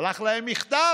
שלח להם מכתב,